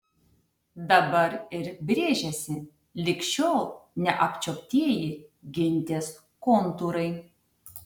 dabar ir brėžiasi lig šiol neapčiuoptieji gintės kontūrai